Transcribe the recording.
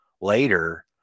later